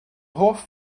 hoff